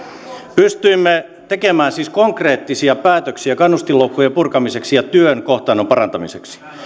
pystyimme tekemään siis konkreettisia päätöksiä kannustinloukkujen purkamiseksi ja työn kohtaannon parantamiseksi